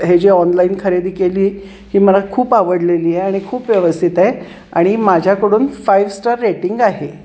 हे जी ऑनलाईन खरेदी केली ही मला खूप आवडलेली आहे आणि खूप व्यवस्थित आहे आणि माझ्याकडून फाईव्ह स्टार रेटिंग आहे